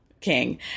king